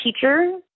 teacher